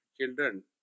children